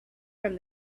from